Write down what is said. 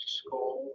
school